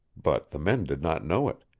but the men did not know it.